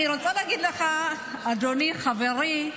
אני רוצה להגיד לך, אדוני, חברי: